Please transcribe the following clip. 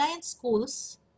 schools